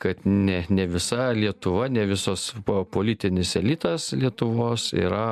kad ne ne visa lietuva ne visos po politinis elitas lietuvos yra